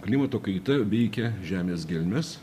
klimato kaita veikia žemės gelmes